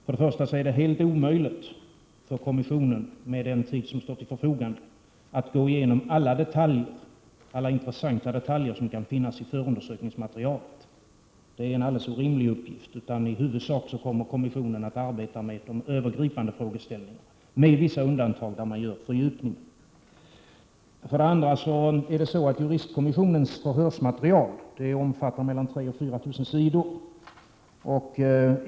För det första: Det är helt omöjligt för kommissionen, med den tid som står till förfogande, att gå igenom alla intressanta detaljer som kan finnas i förundersökningsmaterialet. Det är en alldeles orimlig uppgift. I huvudsak kommer kommissionen att arbeta med de övergripande frågeställningarna, med vissa undantag där man gör fördjupningar. För det andra: Juristkommissionens förhörsmaterial omfattar 3 000—-4 000 sidor.